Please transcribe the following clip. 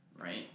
right